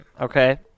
okay